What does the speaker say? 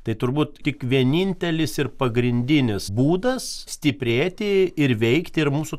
tai turbūt tik vienintelis ir pagrindinis būdas stiprėti ir veikti ir mūsų